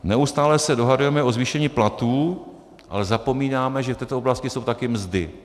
Neustále se dohadujeme o zvýšení platů, ale zapomínáme, že v této oblasti jsou taky mzdy.